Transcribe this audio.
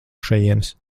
šejienes